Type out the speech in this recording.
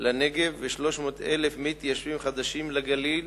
לנגב ו-300,000 מתיישבים חדשים לגליל